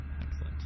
Excellent